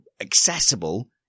accessible